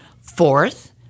Fourth